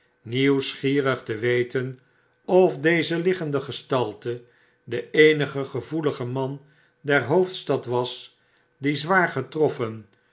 nieuwsgierig te weten of deze liggende gestalte de eenige gevoelige man der hoofdstad was die